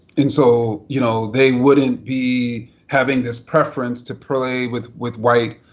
and so, you know, they wouldn't be having this preference to play with with white